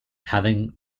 having